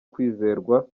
kwizerwa